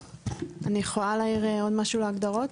אני יכולה להעיר עוד משהו על ההגדרות?